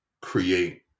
create